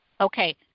okay